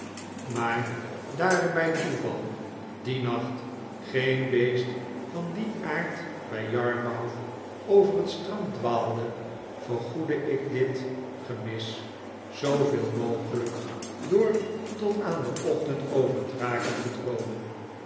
maar daar er bij toeval dien nacht geen beest van dien aard bij yarmouth over het strand dwaalde vergoedde ik dit gemis zooveel mogelijk door tot aan den ochtend over draken te droomen